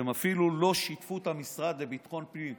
שהם אפילו לא שיתפו את המשרד לביטחון פנים,